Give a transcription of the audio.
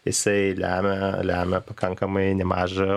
jisai lemia lemia pakankamai nemažą